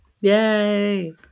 Yay